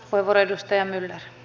arvoisa puhemies